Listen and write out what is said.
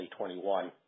2021